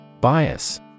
Bias